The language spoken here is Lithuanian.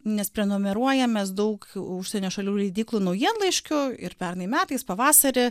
nes prenumeruojam mes daug užsienio šalių leidyklų naujienlaiškių ir pernai metais pavasarį